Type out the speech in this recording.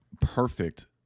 perfect